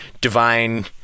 divine